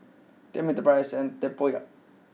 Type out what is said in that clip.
tell me the price and Tempoyak